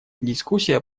дискуссия